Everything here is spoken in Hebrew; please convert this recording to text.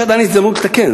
יש עדיין הזדמנות לתקן.